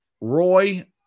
Roy